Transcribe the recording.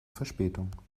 verspätung